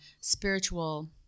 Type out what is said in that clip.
spiritual